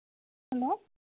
hello